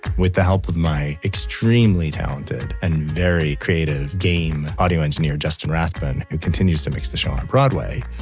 with the help of my extremely talented and very creative game audio engineer justin rathman, who continues to mix the show on broadway,